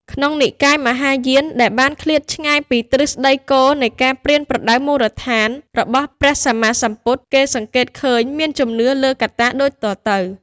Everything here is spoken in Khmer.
ក្នុងនិកាយមហាយាន ដែលបានឃ្លាតឆ្ងាយពីទ្រឹស្ដីគោលនៃការប្រៀនប្រដៅមូលដ្ឋានរបស់ព្រះសម្មាសម្ពុទ្ធ គេសង្កេតឃើញមានជំនឿលើកត្តាដូចតទៅ៖